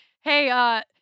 hey